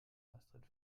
astrid